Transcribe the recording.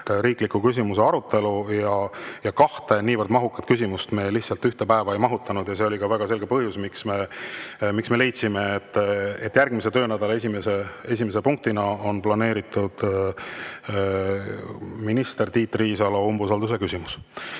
riikliku küsimuse arutelu, ja kahte niivõrd mahukat küsimust me ühte päeva lihtsalt ei mahutanud. See oli ka väga selge põhjus, miks järgmise töönädala esimese punktina on planeeritud minister Tiit Riisalo umbusalduse küsimus.